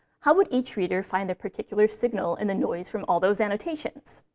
how would each reader find their particular signal in the noise from all those annotations?